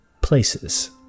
places